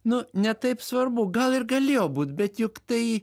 nu ne taip svarbu gal ir galėjo būt bet juk tai